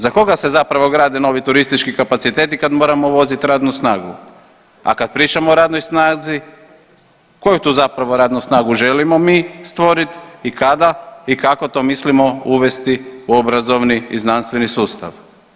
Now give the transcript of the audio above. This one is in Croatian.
Za koga se zapravo grade novi turistički kapaciteti kad moramo uvoziti radnu snagu, a kad pričamo o radnoj snazi, koju tu zapravo radnu snagu želimo mi stvoriti i kada i kako to mislimo uvesti u obrazovni i znanstveni sustav?